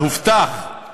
הובטחו